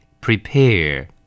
Prepare